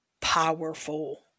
powerful